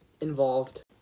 involved